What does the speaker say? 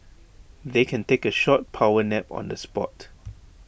they can take A short power nap on the spot